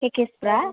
पेकेजफोरा